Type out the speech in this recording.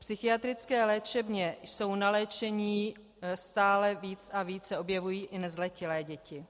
V psychiatrické léčebně jsou na léčení stále víc a více se objevují i nezletilé děti.